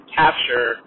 capture –